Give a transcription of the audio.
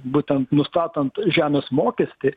būtent nustatant žemės mokestį